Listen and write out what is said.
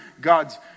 God's